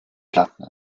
platten